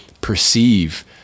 perceive